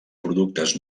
productes